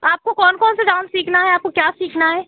आपको कौन कौन सा डांस सीखना है आपको क्या सीखना है